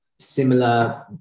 similar